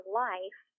life